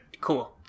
Cool